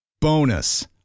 Bonus